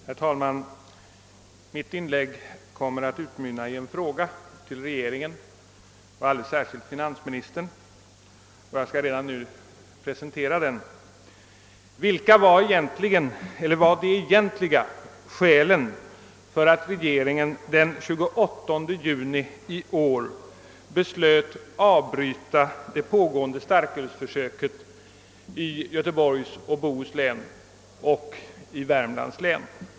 Herr talman! Mitt inlägg kommer att utmynna i en fråga till regeringen och alldeles särskilt till finansministern, och jag skall redan nu presentera den: Vilka var de egentliga skälen till att regeringen den 28 juni i år beslöt avbryta den pågående <försöksverksamheten med starkölsförsäljning i Göteborgs och Bohus län och i Värmlands län?